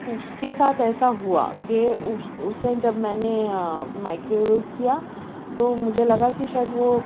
اس کے ساتھ ایسا ہوا کہ اس اسے جب میں نے مائکرو ویو کیا تو مجھے لگا کہ شاید وہ